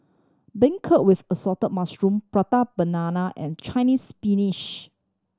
beancurd with assorted mushroom Prata Banana and Chinese